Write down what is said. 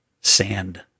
sand